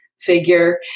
Figure